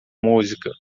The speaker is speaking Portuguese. música